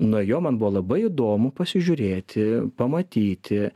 na jo man buvo labai įdomu pasižiūrėti pamatyti